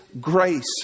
grace